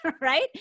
Right